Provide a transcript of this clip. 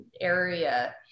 area